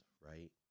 right